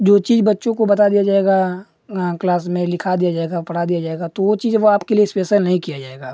जो चीज बच्चों को बता दिया जाएगा क्लास में लिखा दिया जाएगा पढ़ा दिया जाएगा तो वो चीज वो आपके लिए इस्पेसल नहीं किया जाएगा अब